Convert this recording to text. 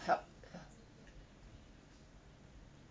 help